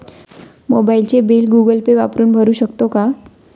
मोबाइलचे bill Google Pay वापरून भरू शकतो का?